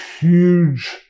huge